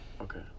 Okay